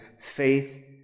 faith